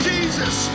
Jesus